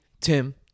Tim